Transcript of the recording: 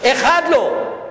אחד לא.